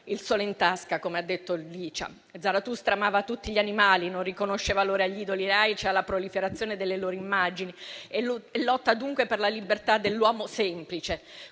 il sole in tasca, come ha detto la collega Licia Ronzulli. Zarathustra amava tutti gli animali, non riconosceva valore agli idoli e alla proliferazione delle loro immagini, e lottava dunque per la libertà dell'uomo semplice.